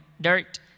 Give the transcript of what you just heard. dirt